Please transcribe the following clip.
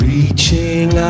Reaching